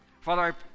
Father